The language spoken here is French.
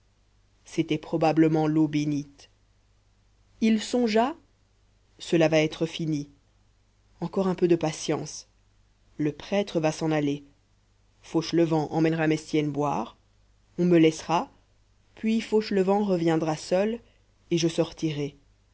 c'était probablement l'eau bénite il songea cela va être fini encore un peu de patience le prêtre va s'en aller fauchelevent emmènera mestienne boire on me laissera puis fauchelevent reviendra seul et je sortirai